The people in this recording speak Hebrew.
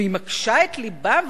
והיא מקשה את לבה,